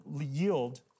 yield